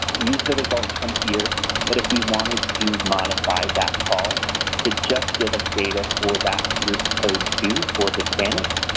use the results from here but if we wanted to modify that call to just give us data for that group code two for hispanic,